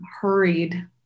hurried